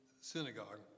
synagogue